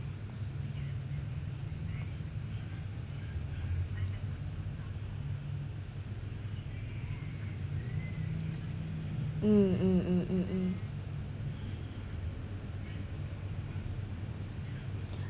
mm mm mm mm mm